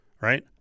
Right